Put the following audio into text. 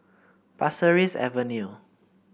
Pasir Ris Avenue